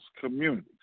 communities